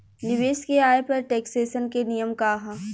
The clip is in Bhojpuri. निवेश के आय पर टेक्सेशन के नियम का ह?